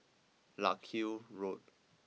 Larkhill Road